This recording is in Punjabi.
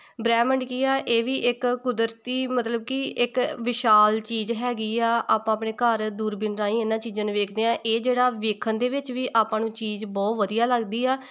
ਬ੍ਰਹਿਮੰਡ ਕੀ ਆ ਇਹ ਵੀ ਇੱਕ ਕੁਦਰਤੀ ਮਤਲਬ ਕਿ ਇੱਕ ਵਿਸ਼ਾਲ ਚੀਜ਼ ਹੈਗੀ ਆ ਆਪਾਂ ਆਪਣੇ ਘਰ ਦੂਰਬੀਨ ਰਾਹੀਂ ਇਹਨਾਂ ਚੀਜ਼ਾਂ ਨੂੰ ਵੇਖਦੇ ਹਾਂ ਇਹ ਜਿਹੜਾ ਵੇਖਣ ਦੇ ਵਿੱਚ ਵੀ ਆਪਾਂ ਨੂੰ ਚੀਜ਼ ਬਹੁਤ ਵਧੀਆ ਲੱਗਦੀ ਆ